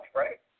right